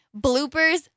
bloopers